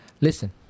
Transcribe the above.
Listen